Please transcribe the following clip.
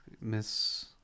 Miss